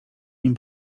nim